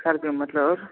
एकर जे मतलब